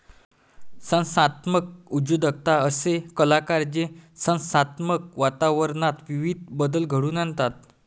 संस्थात्मक उद्योजकता असे कलाकार जे संस्थात्मक वातावरणात विविध बदल घडवून आणतात